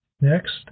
Next